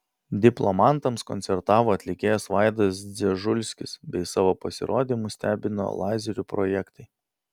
diplomantams koncertavo atlikėjas vaidas dzežulskis bei savo pasirodymu stebino lazerių projektai